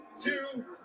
two